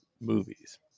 movies